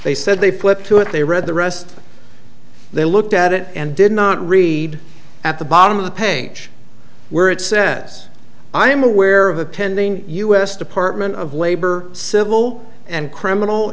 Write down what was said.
they said they flipped to it they read the rest they looked at it and did not read at the bottom of the page where it says i am aware of attending u s department of labor civil and criminal